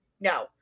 no